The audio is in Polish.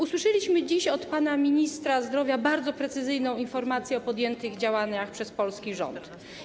Usłyszeliśmy dziś od pana ministra zdrowia bardzo precyzyjną informację o podjętych działaniach przez polski rząd.